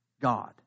God